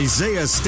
Isaiah